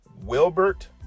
Wilbert